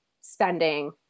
spending